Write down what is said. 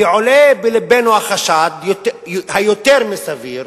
כי עולה בלבנו החשד היותר מסביר,